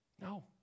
No